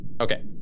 Okay